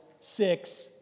six